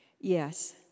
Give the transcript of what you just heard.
Yes